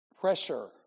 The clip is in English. pressure